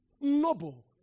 Noble